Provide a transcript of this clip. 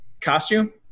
costume